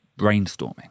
brainstorming